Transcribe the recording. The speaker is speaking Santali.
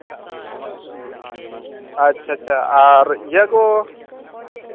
ᱟᱪᱪᱷᱟ ᱟᱪᱪᱷᱟ ᱟᱨ ᱤᱭᱟᱹ ᱠᱚ